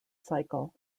cycle